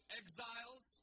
exiles